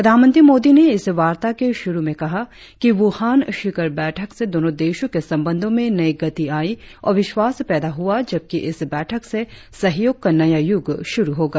प्रधानमंत्री मोदी ने इस वार्ता के शुरु में कहा कि वुहान शिखर बैठक से दोनो देशों के संबंधो में नई गति आई और विश्वास पैदा हुआ जबकि इस बैठक से सहयोग का नया युग शुरु होगा